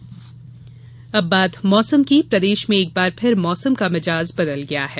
मौसम प्रदेश में एक बार फिर मौसम का मिजाज बदल गया है